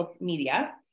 media